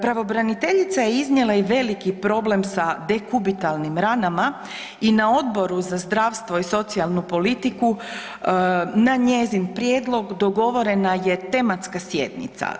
Pravobraniteljica je iznijela i veliki problem sa dekubitalnim ranama i na Odboru za zdravstvo i socijalnu politiku na njezin prijedlog dogovorena je tematska sjednica.